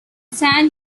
san